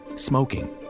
smoking